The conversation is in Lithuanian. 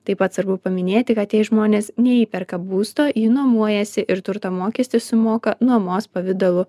taip pat svarbu paminėti kad jei žmonės neįperka būsto jį nuomuojasi ir turto mokestį sumoka nuomos pavidalu